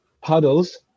puddles